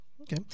Okay